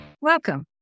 Welcome